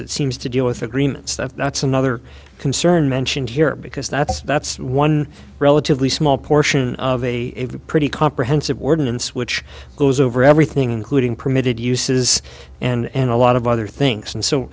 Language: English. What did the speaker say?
it seems to deal with agreements that's another concern mentioned here because that's that's one relatively small portion of a pretty comprehensive worden and switch goes over everything including permitted uses and a lot of other things and so